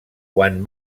quan